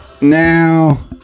now